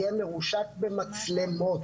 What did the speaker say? יהיה מרושת במצלמות.